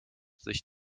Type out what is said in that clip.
sich